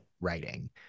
writing